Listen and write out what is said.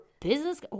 business